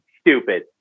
stupid